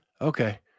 Okay